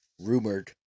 rumored